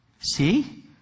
See